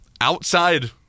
Outside